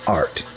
art